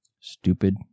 Stupid